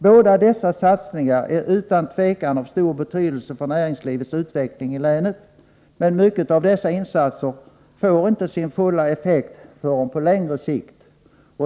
Båda dessa satsningar är utan tvivel av stor betydelse för näringslivets utveckling i länet, men mycket av dessa insatser får inte full effekt förrän på längre sikt.